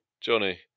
Johnny